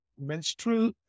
menstrual